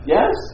Yes